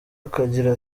akagira